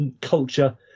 culture